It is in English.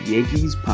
Yankees